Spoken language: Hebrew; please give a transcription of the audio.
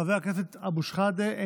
חבר הכנסת אבו שחאדה,